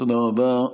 תודה רבה.